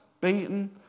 beaten